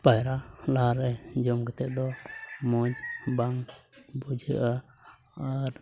ᱯᱟᱭᱨᱟ ᱞᱟᱦᱟᱨᱮ ᱡᱚᱢ ᱠᱟᱛᱮᱫ ᱫᱚ ᱢᱚᱡᱽ ᱵᱟᱝ ᱵᱩᱡᱷᱟᱹᱜᱼᱟ ᱟᱨ